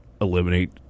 eliminate